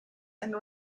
and